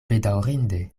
bedaŭrinde